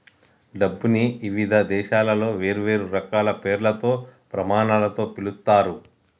డబ్బుని ఇవిధ దేశాలలో వేర్వేరు రకాల పేర్లతో, ప్రమాణాలతో పిలుత్తారు